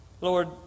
Lord